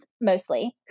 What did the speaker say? mostly